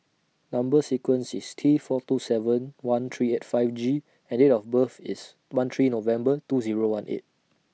Number sequence IS T four two seven one three eight five G and Date of birth IS one three November two Zero one eight